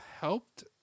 helped